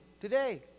today